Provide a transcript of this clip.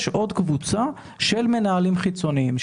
יש עוד קבוצה של מנהלים חיצוניים,